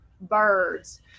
birds